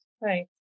right